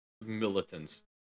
militants